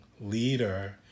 leader